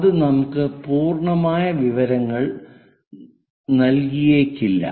അത് നമുക്ക് പൂർണ്ണമായ വിവരങ്ങൾ നൽകിയേക്കില്ല